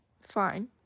fine